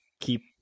keep